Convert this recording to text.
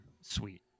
sweet